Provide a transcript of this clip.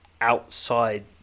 outside